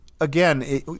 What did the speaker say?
again